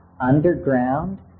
underground